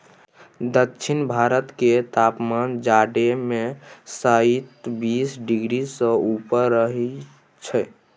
दक्षिण भारत केर तापमान जाढ़ो मे शाइत बीस डिग्री सँ ऊपर रहइ छै